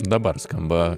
dabar skamba